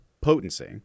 potency